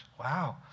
Wow